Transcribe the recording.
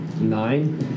Nine